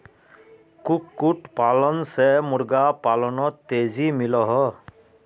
कुक्कुट पालन से मुर्गा पालानोत तेज़ी मिलोहो